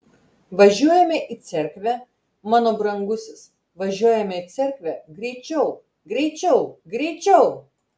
važiuojame į cerkvę mano brangusis važiuojame į cerkvę greičiau greičiau greičiau